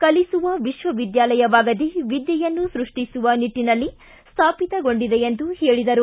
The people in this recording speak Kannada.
ಕಲಿಸುವ ವಿಶ್ವ ವಿದ್ಯಾಲಯವಾಗದೇ ವಿದ್ಯೆಯನ್ನು ಸೃಷ್ಟಿಸುವ ನಿಟ್ಟನಲ್ಲಿ ಸ್ಥಾಪಿತಗೊಂಡಿದೆ ಎಂದು ಹೇಳಿದರು